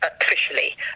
officially